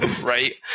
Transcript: Right